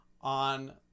on